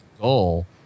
goal